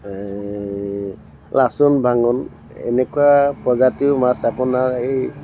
এই লাচোন ভাঙোন এনেকুৱা প্ৰজাতিৰো মাছ আপোনাৰ এই